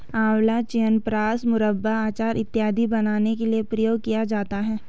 आंवला च्यवनप्राश, मुरब्बा, अचार इत्यादि बनाने के लिए प्रयोग किया जाता है